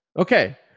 Okay